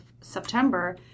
September